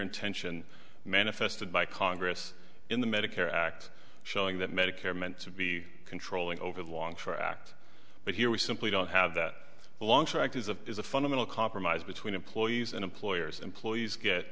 intention manifested by congress in the medicare act showing that medicare meant to be controlling over the long for act but here we simply don't have that long strike is a is a fundamental compromise between employees and employers employees